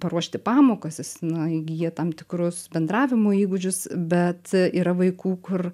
paruošti pamokas jis na įgyja tam tikrus bendravimo įgūdžius bet yra vaikų kur